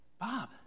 Bob